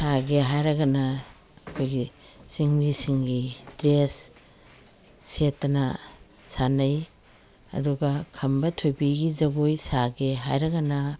ꯁꯥꯒꯦ ꯍꯥꯏꯔꯒꯅ ꯑꯩꯈꯣꯏꯒꯤ ꯆꯤꯡꯃꯤꯁꯤꯡꯒꯤ ꯗ꯭ꯔꯦꯁ ꯁꯦꯠꯇꯅ ꯁꯥꯅꯩ ꯑꯗꯨꯒ ꯈꯝꯕ ꯊꯣꯏꯕꯤꯒꯤ ꯖꯒꯣꯏ ꯁꯥꯒꯦ ꯍꯥꯏꯔꯒꯅ